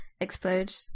explode